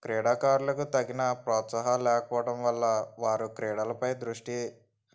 క్రీడాకారులకు తగిన ప్రోత్సాహలు లేకపోవటం వల్ల వారు క్రీడలపై దృష్టి